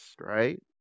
right